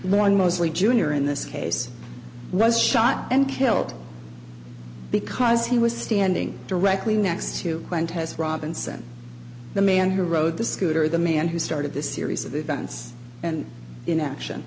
one mostly junior in this case was shot and killed because he was standing directly next to one test robinson the man who rode the scooter the man who started this series of events and in action